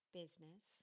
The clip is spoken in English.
business